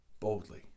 boldly